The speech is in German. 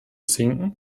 sinken